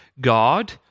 God